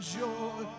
joy